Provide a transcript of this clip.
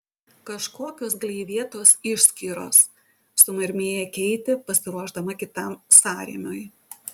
kažkokios gleivėtos išskyros sumurmėjo keitė pasiruošdama kitam sąrėmiui